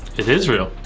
it is real.